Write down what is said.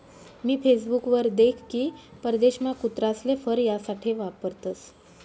मी Facebook वर देख की परदेशमा कुत्रासले फर यासाठे वापरतसं